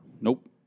Nope